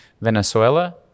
Venezuela